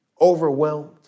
Overwhelmed